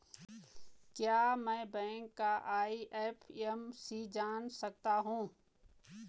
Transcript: क्या मैं बैंक का आई.एफ.एम.सी जान सकता हूँ?